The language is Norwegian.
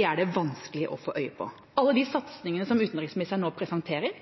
er det vanskelig å få øye på. Alle de satsingene som utenriksministeren nå presenterer,